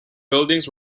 buildings